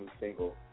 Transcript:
single